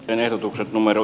erotuksen numero